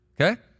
okay